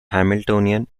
hamiltonian